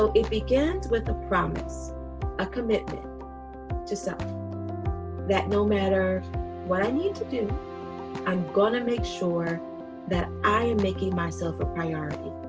it begins with a promise a commitment to self that no matter what i need to do i'm gonna make sure that i am making myself a priority.